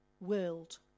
World